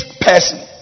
person